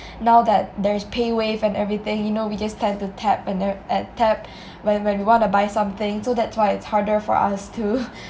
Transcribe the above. now that there's payWave and everything you know we just to tap and t~ a~ tap when when you want to buy something so that's why it's harder for us to